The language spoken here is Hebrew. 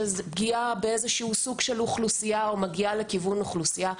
שזאת פגיעה בסוג של אוכלוסייה או מגיעה לכיוון אוכלוסייה.